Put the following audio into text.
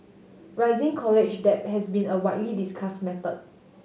rising college debt has been a widely discussed matter